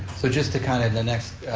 so just to kind of, the next